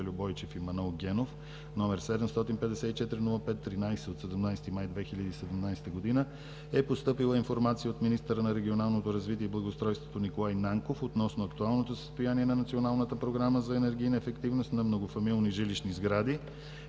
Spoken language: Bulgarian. Бойчев и Манол Генов, № 754-05-13 от 17 май 2017 г. е постъпила информация от министъра на регионалното развитие и благоустройството Николай Нанков относно актуалното състояние на Националната програма за енергийна ефективност на многофамилни жилищни сгради,